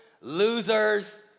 losers